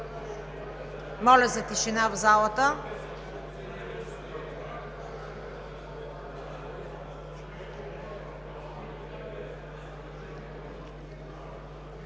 Моля за тишина в залата.